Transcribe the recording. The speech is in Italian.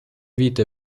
vite